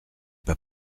pas